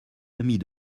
amis